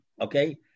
Okay